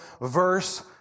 verse